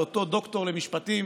על אותו דוקטור למשפטים